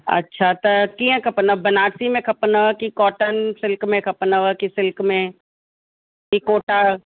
अच्छा त कीअं खपनव बनारसी में खपनव कि कॉटन सिल्क में खपनव कि सिल्क में की कोटा